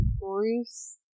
Bruce